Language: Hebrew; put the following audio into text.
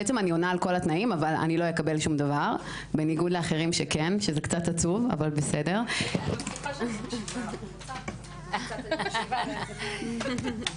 וזה אומר שבעוד חודשיים אנחנו נאלצים להיפרד.